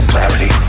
Clarity